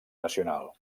nacional